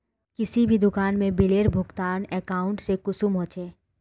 किसी भी दुकान में बिलेर भुगतान अकाउंट से कुंसम होचे?